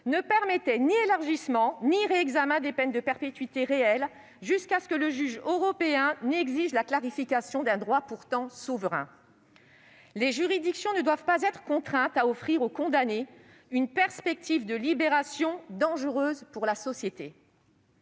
ne permettait ni élargissement ni réexamen des peines de perpétuité réelle jusqu'à ce que le juge européen n'exige la clarification d'un droit pourtant souverain. Les juridictions ne doivent pas être contraintes à offrir au condamné une perspective de libération dangereuse pour la société.